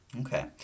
Okay